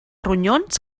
ronyons